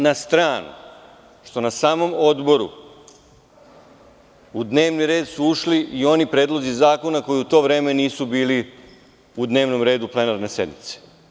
Na stranu što na samom odboru u dnevni red su ušli i oni predlozi zakona koji u to vreme nisu bili u dnevnom redu plenarne sednice.